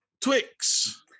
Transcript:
Twix